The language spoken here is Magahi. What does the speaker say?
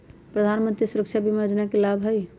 प्रधानमंत्री सुरक्षा बीमा योजना के की लाभ हई?